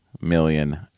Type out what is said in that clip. million